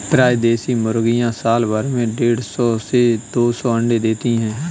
प्रायः देशी मुर्गियाँ साल भर में देढ़ सौ से दो सौ अण्डे देती है